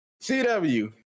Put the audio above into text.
CW